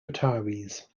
retirees